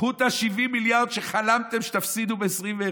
קחו את ה-70 מיליארד שחלמתם שתפסידו ב-2021,